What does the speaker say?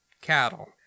Cattle